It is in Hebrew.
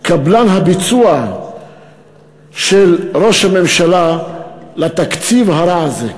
קבלן הביצוע של ראש הממשלה לתקציב הרע הזה.